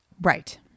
Right